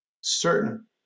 certain